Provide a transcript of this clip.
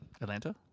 Atlanta